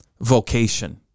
vocation